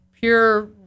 pure